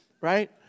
right